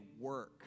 work